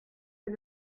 est